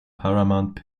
paramount